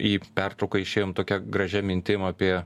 į pertrauką išėjom tokia gražia mintim apie